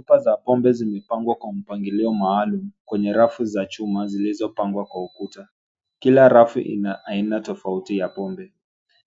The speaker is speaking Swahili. Chupa za pombe zimepangwa kwa mpangilio maalum, kwenye rafu za chuma zilizopangwa kwa ukuta. Kila rafu ina aina tofauti ya pombe,